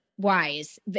Wise